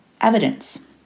evidence